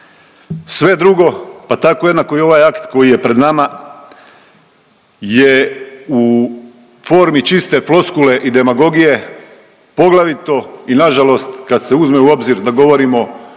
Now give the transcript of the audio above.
Sve drugo, pa tako jednako i ovaj akt koji je pred nama je u formi čiste floskule i demagogije, poglavito i nažalost kad se uzme u obzir da govorimo